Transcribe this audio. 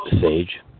Sage